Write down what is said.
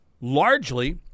largely